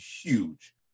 huge